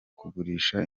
kugurisha